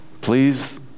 please